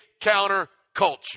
counterculture